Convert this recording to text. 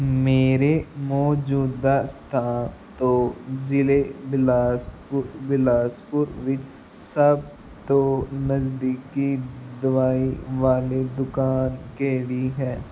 ਮੇਰੇ ਮੌਜੂਦਾ ਸਥਾਨ ਤੋਂ ਜ਼ਿਲ੍ਹੇ ਬਿਲਾਸਪੁਰ ਬਿਲਾਸਪੁਰ ਵਿੱਚ ਸਭ ਤੋਂ ਨਜ਼ਦੀਕੀ ਦਵਾਈ ਵਾਲੀ ਦੁਕਾਨ ਕਿਹੜੀ ਹੈ